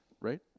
Right